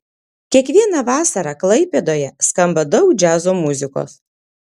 kiekvieną vasarą klaipėdoje skamba daug džiazo muzikos